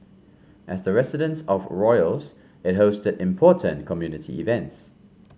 as the residence of royals it hosted important community events